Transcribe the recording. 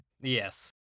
Yes